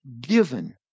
given